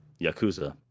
Yakuza